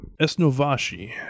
Esnovashi